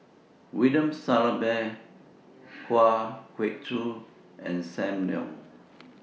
William Shellabear Kwa Geok Choo and SAM Leong